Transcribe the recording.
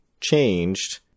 changed